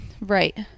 Right